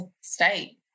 state